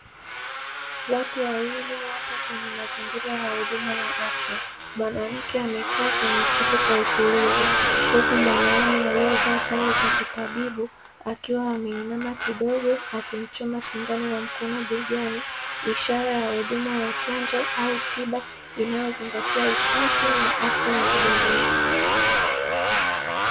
Watu wawili wapo kwenye mazingira ya huduma ya afya. Mwanamke amekaa kwenye kiti kwa utulivu, huku mwanamume aliyevaa sare za kitabibu akiwa ameinama kidogo akimchoma sindano ya mkono begani, ishara ya huduma ya chanjo au tiba inayozingatia usafi na afya ya jamii.